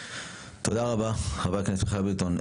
תודה רבה חבר הכנסת מיכאל ביטון.